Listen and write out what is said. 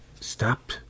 Stop